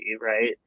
right